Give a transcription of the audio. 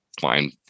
fine